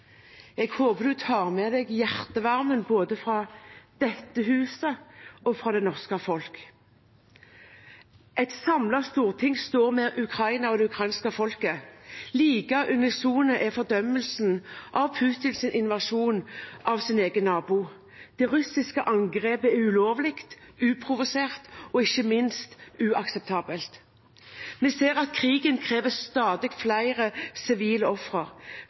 Jeg håper han tar med seg hjertevarmen fra både dette huset og det norske folket. Et samlet storting står sammen med Ukraina og det ukrainske folket. Like unison er fordømmelsen av Putins invasjon av sin egen nabo. Det russiske angrepet er ulovlig, uprovosert og ikke minst uakseptabelt. Vi ser at krigen krever stadig flere sivile ofre.